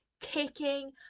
kicking